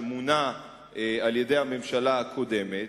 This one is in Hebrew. שמונה על-ידי הממשלה הקודמת,